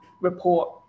report